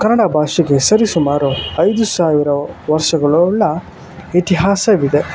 ಕನ್ನಡ ಭಾಷೆಗೆ ಸರಿ ಸುಮಾರು ಐದು ಸಾವಿರ ವರ್ಷಗಳುಳ್ಳ ಇತಿಹಾಸವಿದೆ